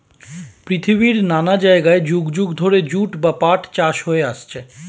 পৃথিবীর নানা জায়গায় যুগ যুগ ধরে জুট বা পাট চাষ হয়ে আসছে